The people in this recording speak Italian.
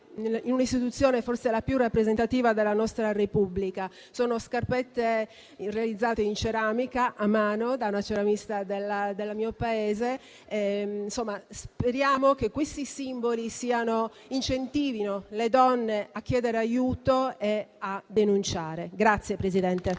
l'istituzione più rappresentativa della nostra Repubblica. Sono scarpette realizzate in ceramica a mano da una ceramista del mio paese. Speriamo che questi simboli incentivino le donne a chiedere aiuto e a denunciare. La ringrazio,